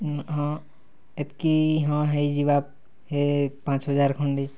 ହଁ ଏତ୍କି ହଁ ହେଇଯିବା ହେ ପାଞ୍ଚ୍ ହଜାର୍ ଖଣ୍ଡେ